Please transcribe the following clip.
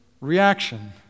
reaction